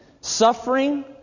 Suffering